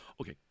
Okay